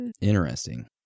Interesting